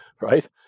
right